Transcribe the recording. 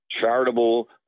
charitable